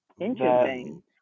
interesting